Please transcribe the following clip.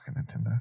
Nintendo